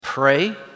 pray